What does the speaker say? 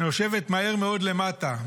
נושבת מהר מאוד למטה.